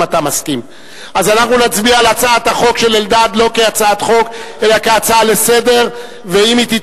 אני מוכן להצעה שזו תהיה הצעה לסדר-היום,